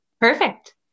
perfect